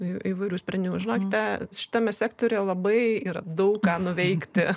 jų įvairių sprendimų žinokite šitame sektoriuje labai yra daug ką nuveikti